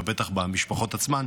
ובטח את המשפחות עצמן,